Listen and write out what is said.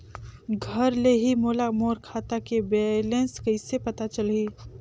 घर ले ही मोला मोर खाता के बैलेंस कइसे पता चलही?